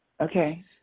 Okay